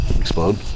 explode